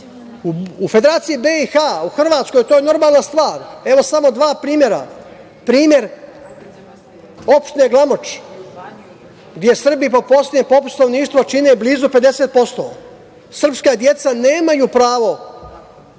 Federaciji BiH, u Hrvatskoj to je normalna stvar. Evo, samo dva primera. Primer opštine Glamoč, gde Srbi po poslednjem popisu stanovništva čine blizu 50%. Srpska deca nemaju pravo